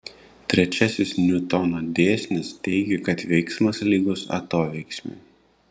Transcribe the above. trečiasis niutono dėsnis teigia kad veiksmas lygus atoveiksmiui